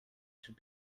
should